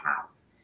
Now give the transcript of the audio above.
house